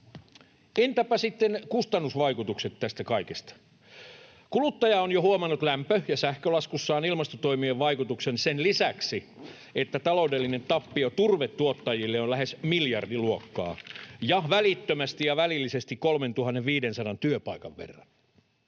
Entäpä sitten kustannusvaikutukset tästä kaikesta? Kuluttaja on jo huomannut lämpö- ja sähkölaskussaan ilmastotoimien vaikutuksen, sen lisäksi että taloudellinen tappio turvetuottajille on lähes miljardiluokkaa ja välittömästi ja välillisesti 3 500 työpaikan verran.